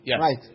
Right